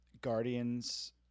Guardians